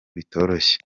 bitoroshye